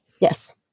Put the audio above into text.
Yes